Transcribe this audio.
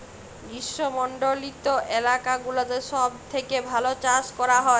গ্রীস্মমন্ডলিত এলাকা গুলাতে সব থেক্যে ভাল চাস ক্যরা হ্যয়